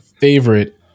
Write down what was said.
favorite